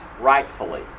rightfully